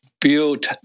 built